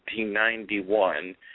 1991